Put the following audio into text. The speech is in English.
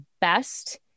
best